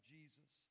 Jesus